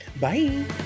Bye